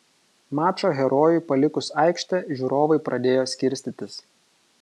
mačo herojui palikus aikštę žiūrovai pradėjo skirstytis